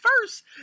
first